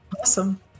Awesome